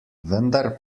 vendar